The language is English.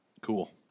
Cool